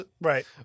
Right